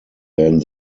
werden